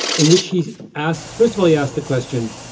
in which he asked first of all, he asked the question,